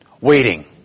Waiting